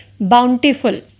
bountiful